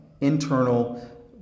Internal